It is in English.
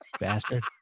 Bastard